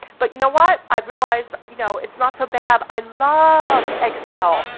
but you know what? i realized you know it's not so bad. i love excel.